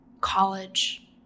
college